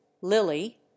Lily